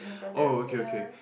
oh okay okay